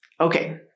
Okay